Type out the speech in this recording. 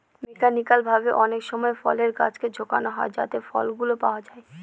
mechanical ভাবে অনেকসময় ফলের গাছকে ঝাঁকানো হয় যাতে ফলগুলো পাওয়া যায়